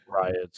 riots